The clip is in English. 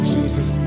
Jesus